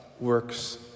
works